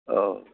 औ